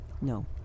No